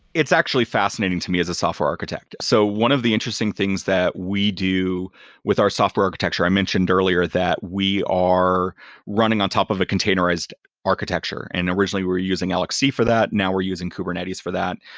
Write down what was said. it's actually fascinating to me as a software architect. so one of the interesting things that we do with our software architecture, i mentioned earlier that we are running on top of the containerized architecture. and originally, we're using lxc for that. now we're using kubernetes for that.